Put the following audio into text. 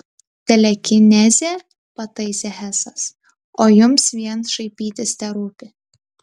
telekinezė pataisė hesas o jums vien šaipytis terūpi